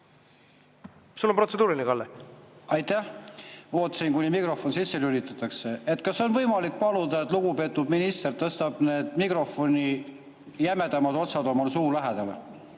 Sul on protseduuriline, Kalle. Aitäh! Ma ootasin, kuni mikrofon sisse lülitatakse. Kas on võimalik paluda, et lugupeetud minister tõstaks need mikrofoni jämedamad otsad suule lähemale?